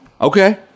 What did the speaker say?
Okay